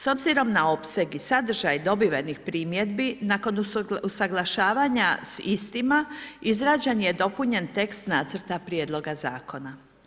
S obzirom na opseg i sadržaj dobivenih primjedbi, nakon usuglašavanja s istima, izrađen je dopunjen je tekst nacrta prijedloga zakona.